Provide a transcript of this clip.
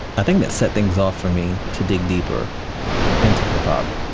i think that set things off, for me, to dig deeper into hip-hop,